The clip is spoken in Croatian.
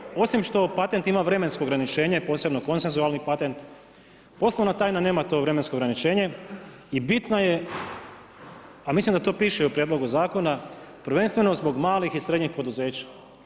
Patent, osim što patent ima vremensko ograničenje i posebno konsezualni patent, poslovna tajna nema to vremensko ograničenje i bitno je a mislim da to piše u Prijedlogu zakona prvenstveno zbog manjih i srednjih poduzeća.